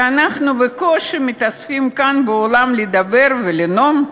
ואנחנו בקושי מתאספים כאן באולם לדבר ולנאום.